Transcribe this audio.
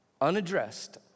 Unaddressed